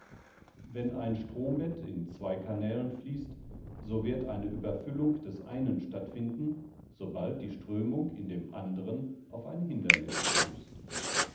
wenn ein strombett in zwei kanälen fließt so wird eine überfüllung des einen stattfinden sobald die strömung in dem anderen auf ein hindernis stößt